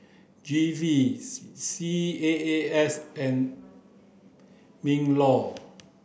G V C C A A S and MINLAW